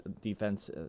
defense